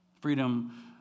Freedom